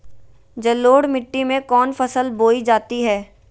जलोढ़ मिट्टी में कौन फसल बोई जाती हैं?